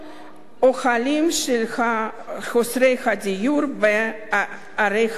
אוהלים של חסרי הדיור בערי ישראל.